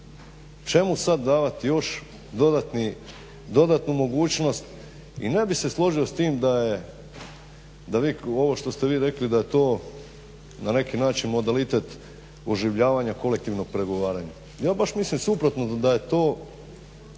Čemu sada davati još dodatnu mogućnost? I ne bih se složio s tim da vi ovo što ste rekli da je to na neki način modalitet oživljavanja kolektivnog pregovaranja. Ja baš mislim suprotno da se je